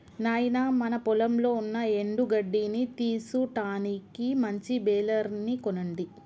నాయినా మన పొలంలో ఉన్న ఎండు గడ్డిని తీసుటానికి మంచి బెలర్ ని కొనండి